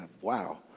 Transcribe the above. wow